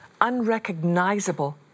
unrecognizable